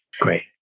Great